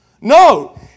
No